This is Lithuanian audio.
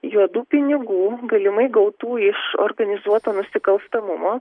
juodų pinigų galimai gautų iš organizuoto nusikalstamumo